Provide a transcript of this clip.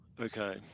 Okay